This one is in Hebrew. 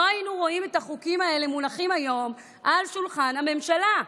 לא היינו רואים את החוקים האלה מונחים היום על שולחן הממשלה.